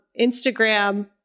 Instagram